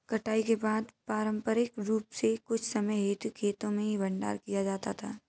कटाई के बाद पारंपरिक रूप से कुछ समय हेतु खेतो में ही भंडारण किया जाता था